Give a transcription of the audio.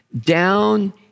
down